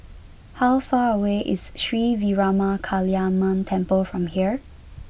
how far away is Sri Veeramakaliamman Temple from here